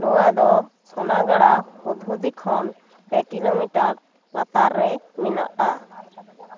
ᱱᱚᱶᱟ ᱫᱚ ᱥᱚᱱᱟᱜᱟᱲᱟ ᱦᱩᱫ ᱦᱩᱫᱤ ᱠᱷᱚᱱ ᱯᱮ ᱠᱤᱞᱳᱢᱤᱴᱟᱨ ᱞᱟᱛᱟᱨ ᱨᱮ ᱢᱮᱱᱟᱜᱼᱟ